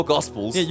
Gospels